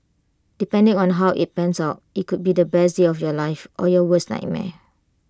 depending on how IT pans out IT could be the best year of your life or your worst nightmare